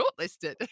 shortlisted